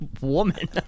woman